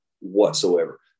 whatsoever